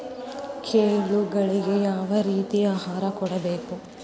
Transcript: ಕೋಳಿಗಳಿಗೆ ಯಾವ ರೇತಿಯ ಆಹಾರ ಕೊಡಬೇಕು?